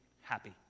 happy